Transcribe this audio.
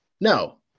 No